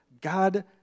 God